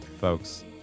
folks